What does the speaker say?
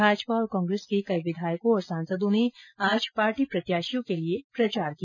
भाजपा और कांग्रेस के कई विधायकों तथा सांसदों ने आज पार्टी प्रत्याशियों के लिये प्रचार किया